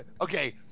Okay